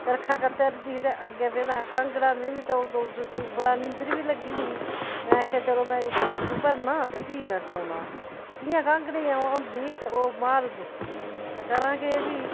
चरखा कत्तै रदी ही ते अग्गें पेदा हा कागंरा में बी तौल तौल सुत्ती उप्परा नींदर बी लग्गी दी ही में आखेआ चलो में एह् कुकड़ु भरना ते फ्ही में सोना ते जियां कांगरे आ'ऊं हांबी ते ओह् माल गै त्रुट्टी गेई ते करां केह् फ्ही